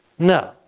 No